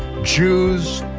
jews,